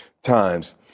Times